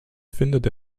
findet